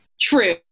True